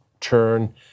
turn